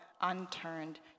unturned